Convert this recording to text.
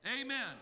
Amen